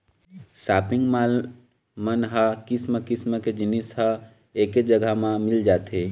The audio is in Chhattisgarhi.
सॉपिंग माल मन ह किसम किसम के जिनिस ह एके जघा म मिल जाथे